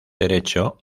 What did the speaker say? derecho